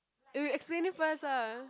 eh wait explain it first lah